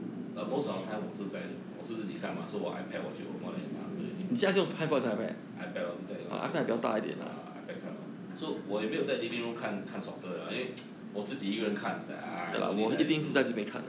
but most of the time 我是在我是自己看吗 so 我 ipad 我就 open and 拿回 ipad lor 在家里慢慢看 ah ipad 看 lor so 我也没有在 living room 看看 soccer liao 因为 我自己一个看 sia ah no need ah so